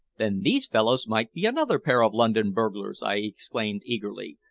then these fellows might be another pair of london burglars! i exclaimed eagerly,